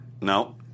No